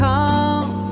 Come